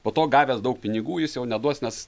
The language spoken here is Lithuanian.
po to gavęs daug pinigų jis jau neduos nes